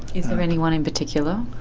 is there anyone in particular?